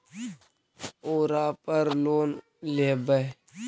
ओरापर लोन लेवै?